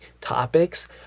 topics